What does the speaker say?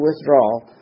withdrawal